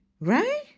right